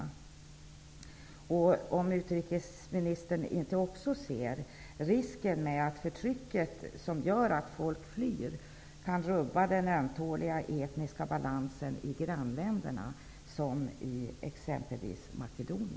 Jag vill också fråga om utrikesministern inte ser risken att det förtryck som gör att folk flyr kan rubba den ömtåliga etniska balansen i grannländerna, exempelvis i